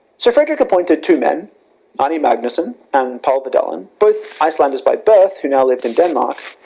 so frederick appointed two men arni magnusson and pall vidalin both icelanders by birth who now lived in denmark,